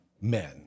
men